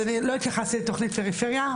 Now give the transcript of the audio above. אז אני לא התייחסתי לתכנית פריפריה,